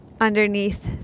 underneath